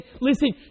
listen